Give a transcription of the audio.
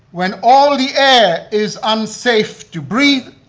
when all the air is unsafe to breathe,